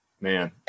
man